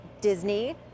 Disney